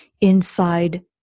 inside